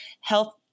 health